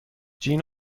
جین